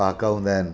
पाहाका हूंदा आहिनि